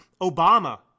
Obama